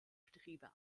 betriebe